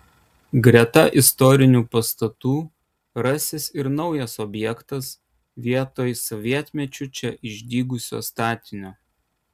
greta istorinių pastatų rasis ir naujas objektas vietoj sovietmečiu čia išdygusio statinio